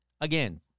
again